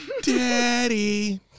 Daddy